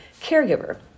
caregiver